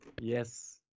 Yes